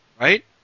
Right